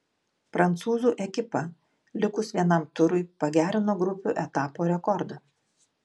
prancūzų ekipa likus vienam turui pagerino grupių etapo rekordą